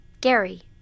Gary